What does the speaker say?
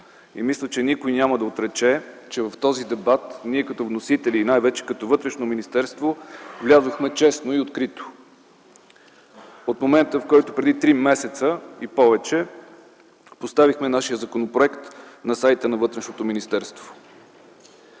Мисля, че никой няма да отрече, че в този дебат, ние като вносители и най-вече като Министерство на вътрешните работи, влязохме честно и открито, от момента, в който преди три месеца и повече поставихме нашия законопроект на сайта на Министерство